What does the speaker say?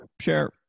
share